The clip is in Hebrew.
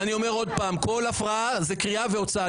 ואני אומר שוב, כל הפרעה תביא לקריאה והוצאה.